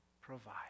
provide